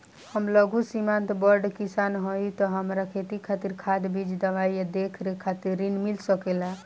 हम लघु सिमांत बड़ किसान हईं त हमरा खेती खातिर खाद बीज दवाई आ देखरेख खातिर ऋण मिल सकेला का?